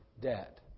debt